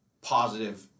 positive